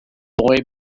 boy